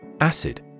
Acid